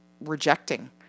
rejecting